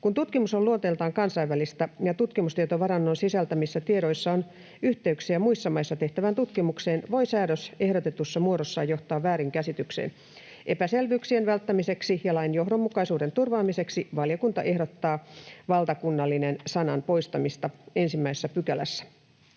Kun tutkimus on luonteeltaan kansainvälistä ja tutkimustietovarannon sisältämissä tiedoissa on yhteyksiä muissa maissa tehtävään tutkimukseen, voi säädös ehdotetussa muodossaan johtaa väärinkäsitykseen. Epäselvyyksien välttämiseksi ja lain johdonmukaisuuden turvaamiseksi valiokunta ehdottaa valtakunnallinen-sanan poistamista 1 §:ssä.